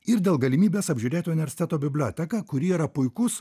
ir dėl galimybės apžiūrėt universiteto biblioteką kuri yra puikus